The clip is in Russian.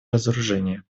разоружение